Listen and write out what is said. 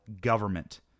government